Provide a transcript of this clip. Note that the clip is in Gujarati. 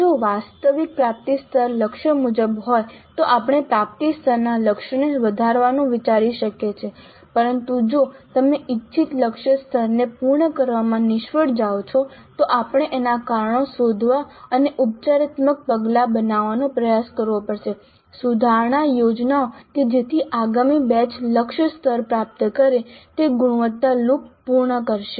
જો વાસ્તવિક પ્રાપ્તિ સ્તર લક્ષ્ય મુજબ હોય તો આપણે પ્રાપ્તિ સ્તરના લક્ષ્યોને વધારવાનું વિચારી શકીએ છીએ પરંતુ જો તમે ઇચ્છિત લક્ષ્ય સ્તરને પૂર્ણ કરવામાં નિષ્ફળ જાઓ છો તો આપણે તેના કારણો શોધવા અને ઉપચારાત્મક પગલાં બનાવવાનો પ્રયાસ કરવો પડશે સુધારણા યોજનાઓ કે જેથી આગામી બેચ લક્ષ્ય સ્તર પ્રાપ્ત કરે જે ગુણવત્તા લૂપ પૂર્ણ કરશે